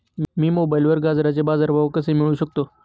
मी मोबाईलवर गाजराचे बाजार भाव कसे मिळवू शकतो?